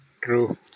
True